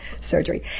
surgery